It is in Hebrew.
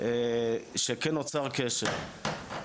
נוצר קשר.